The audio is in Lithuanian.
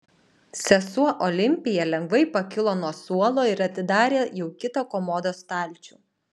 sesuo olimpija lengvai pakilo nuo suolo ir atidarė jau kitą komodos stalčių